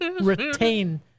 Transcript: retain